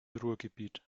ruhrgebiet